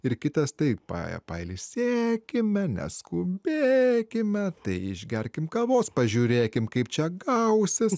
ir kitas taip pa pailsėkime neskubėkime tai išgerkim kavos pažiūrėkim kaip čia gausis